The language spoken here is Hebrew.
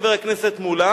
חבר הכנסת מולה